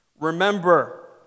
Remember